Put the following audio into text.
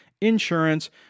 insurance